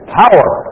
power